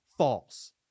false